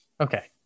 okay